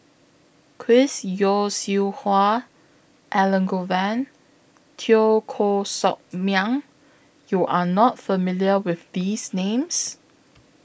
Chris Yeo Siew Hua Elangovan Teo Koh Sock Miang YOU Are not familiar with These Names